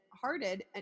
hearted